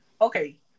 Okay